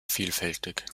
vielfältig